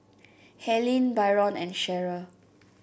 Helyn Byron and Cherryl